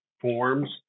forms